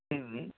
হুম